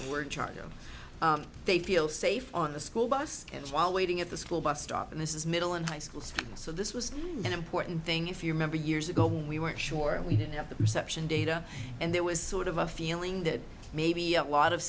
environment we're in charge you know they feel safe on the school bus and while waiting at the school bus stop and this is middle and high schools so this was an important thing if you remember years ago we weren't sure and we didn't have the perception data and there was sort of a feeling that maybe a lot of